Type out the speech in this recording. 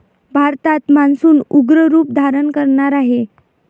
भारतात मान्सून उग्र रूप धारण करणार आहे